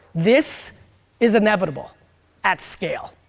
this is inevitable at scale.